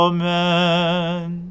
Amen